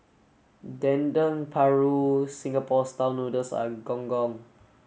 Dendeng Paru Singapore style noodles and gong gong